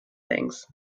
things